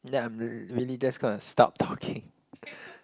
then I'm really just gonna stop talking